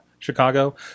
chicago